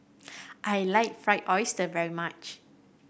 I like Fried Oyster very much